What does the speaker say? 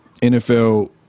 NFL